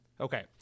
Okay